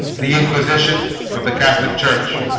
the inquisition of the catholic church